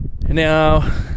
Now